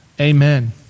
Amen